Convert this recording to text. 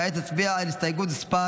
כרגע נצביע על הסתייגות מס'